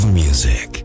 music